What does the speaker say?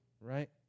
right